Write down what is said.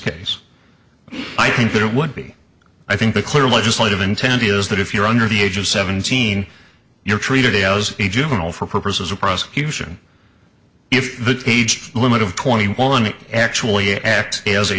case i think that it would be i think the clear legislative intent is that if you're under the age of seventeen you're treated as a juvenile for purposes of prosecution if the age limit of twenty one is actually act as a